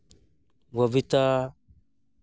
ᱵᱚᱵᱤᱛᱟ